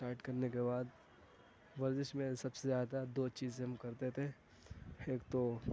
start کرنے کے بعد ورزش میں سب سے زیادہ دو چیزیں ہم کرتے تھے ایک تو